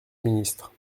ministre